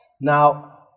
Now